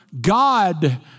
God